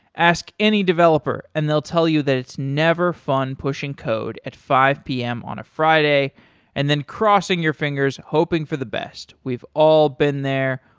ask any developer and they'll tell you that it's never fun pushing code at five p m. on a friday and then crossing your fingers hoping for the best. we've all been there.